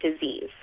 disease